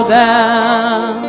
down